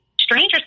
strangers